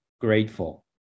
grateful